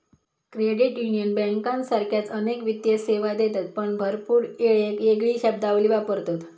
credit union बँकांसारखाच अनेक वित्तीय सेवा देतत पण भरपूर येळेक येगळी शब्दावली वापरतत